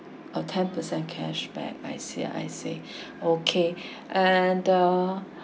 a ten percent cash back I see I see okay and the